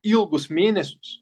ilgus mėnesius